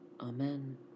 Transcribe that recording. amen